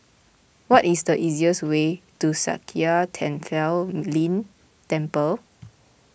what is the easiest way to Sakya Tenphel Ling Temple